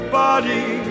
body